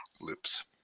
loops